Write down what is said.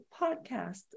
podcast